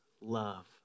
love